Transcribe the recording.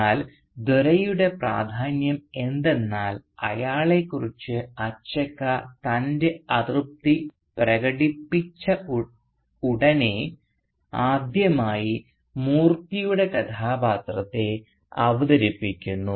എന്നാൽ ദോരൈയുടെ പ്രാധാന്യം എന്തെന്നാൽ അയാളെക്കുറിച്ച് അച്ചക്ക തൻറെ അതൃപ്തി പ്രകടിപ്പിച്ചയുടനെ ആദ്യമായി മൂർത്തിയുടെ കഥാപാത്രത്തെ അവതരിപ്പിക്കുന്നു